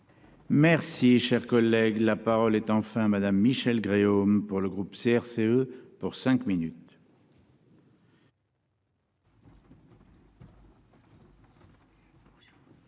Merci, cher collègue, la parole est enfin madame Michelle Gréaume pour le groupe CRCE pour cinq minutes.